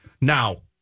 Now